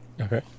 Okay